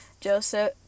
joseph